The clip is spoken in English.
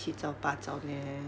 七早八早 meh